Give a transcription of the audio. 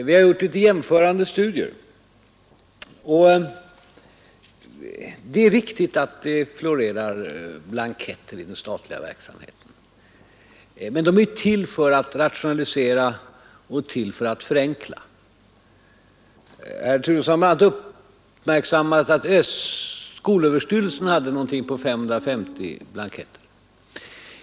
Vi har gjort litet jämförande studier, och det är riktigt att det florerar blanketter i den statliga verksamheten. Men de är ju till för att rationalisera och för att förenkla. Herr Turesson hade bl.a. uppmärksammat att i skolöverstyrelsen finns någonting på 550 blanketter.